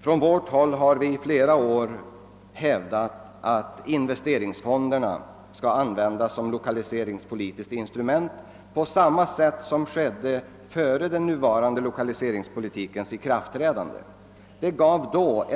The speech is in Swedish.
Från vårt håll har vi under flera år hävdat att investeringsfonderna bör användas som ett lokaliseringspolitiskt instrument på samma sätt som skedde före den nuvarande lokaliseringspolitikens ikraftträdande. Det gav då